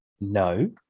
No